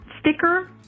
sticker